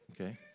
Okay